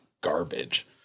Garbage